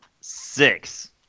Six